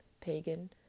pagan